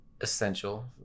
essential